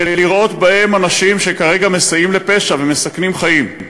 ולראות בהם אנשים שכרגע מסייעים לפשע ומסכנים חיים.